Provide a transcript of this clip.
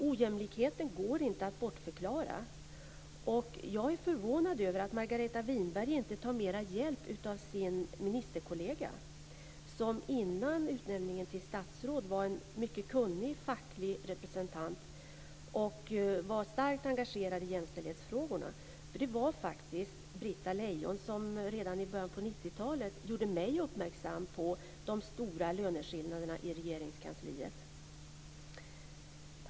Ojämlikheten går inte att bortförklara. Jag är förvånad över att Margareta Winberg inte tar mera hjälp av sin ministerkollega, som innan utnämningen till statsråd var en mycket kunnig facklig representant som var starkt engagerad i jämställdhetsfrågorna. Det var faktiskt Britta Lejon som redan i början på 90-talet gjorde mig uppmärksam på de stora löneskillnaderna i Regeringskansliet.